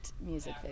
music